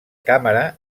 càmera